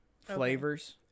flavors